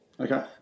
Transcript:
Okay